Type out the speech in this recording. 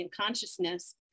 consciousness